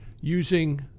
using